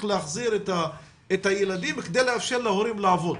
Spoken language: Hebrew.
להחזיר את הילדים כדי לאפשר להורים לעבוד.